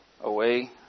away